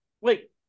wait